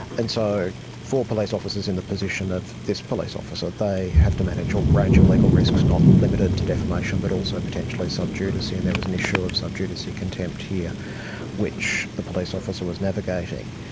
and so for police officers in the position of this police officer, they have to manage a range of legal risks, not limited to defamation but also potentially sub judice, and there was an issue of sub judice contempt here which the police officer was navigating.